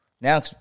now